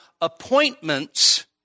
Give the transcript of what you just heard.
appointments